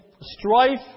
strife